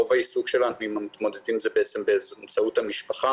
רוב העיסוק שלנו עם המתמודדים הוא בעצם באמצעות המשפחה